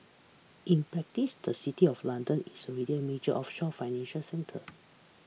in practice the city of London is already a major offshore financial centre